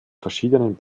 verschiedenen